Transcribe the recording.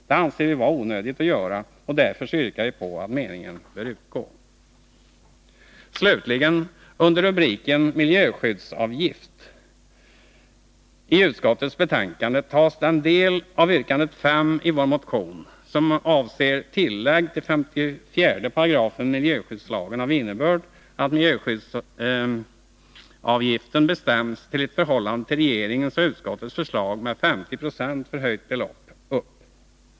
Det anser vi vara onödigt, och därför yrkar vi att meningen skall utgå. Under rubriken Miljöskyddsavgift i utskottsbetänkandet tas slutligen den del av yrkande 5 i vår motion upp, som avser tillägg till 54 § ML av innebörd att miljöskyddsavgiften bestäms till ett i förhållande till regeringens och utskottets förslag med 50 26 förhöjt belopp.